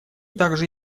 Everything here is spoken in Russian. также